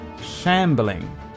shambling